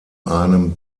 einem